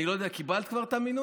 אני לא יודע, קיבלת כבר את המינוי?